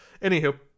anywho